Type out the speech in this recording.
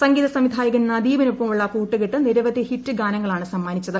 സംഗീത സംവിധായകൻ നദീമിനൊപ്പമുള്ള കൂട്ടുകെട്ട് നിരവധി ഹിറ്റ് ഗാനങ്ങളാണ് സമ്മാനിച്ചത്